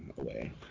away